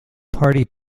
party